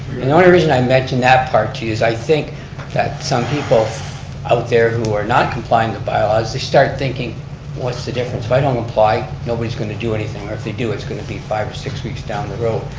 the only reason i mention that part to you is i think that some people out there who are not complying with bylaws, they start thinking what's the difference, if i don't comply, nobody's going to do anything, or if they do it's going to be five or six weeks down the road.